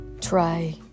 try